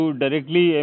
directly